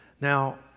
Now